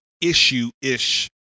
issue-ish